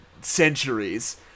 centuries